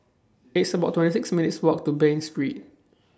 It's about twenty six minutes' Walk to Bain Street